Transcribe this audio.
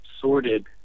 sorted